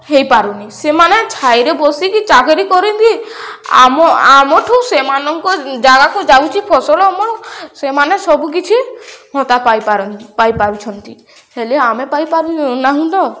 ହେଇପାରୁନି ସେମାନେ ଛାଇରେ ବସିକି ଚାକିରି କରନ୍ତି ଆମ ଆମଠୁ ସେମାନଙ୍କ ଜାଗାକୁ ଯାଉଛି ଫସଲ ଆମର ସେମାନେ ସବୁକିଛି ପାଇ ପାଇପାରୁଛନ୍ତି ହେଲେ ଆମେ ପାଇପାରୁନାହୁଁ ତ